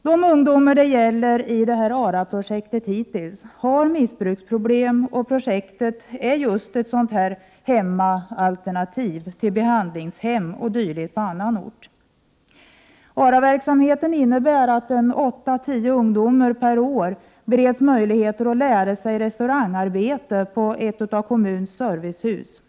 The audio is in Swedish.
De ungdomar det är fråga om i ARA-projektet har missbruksproblem, och projektet är just ett hemmaalternativ till behandlingshem och dylikt på annan ort. ARA-verksamheten innebär att 8—10 ungdomar per år bereds möjligheten att lära sig restaurangarbete på ett av kommunens servicehus. Prot.